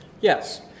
Yes